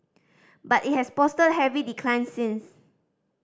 but it has posted heavy declines since